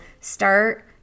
start